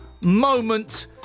moment